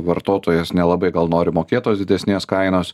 vartotojas nelabai gal nori mokėt tos didesnės kainos